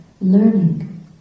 learning